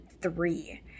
three